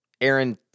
aaron